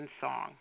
song